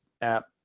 app